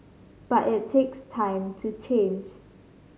but it takes time to change